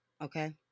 Okay